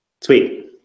Sweet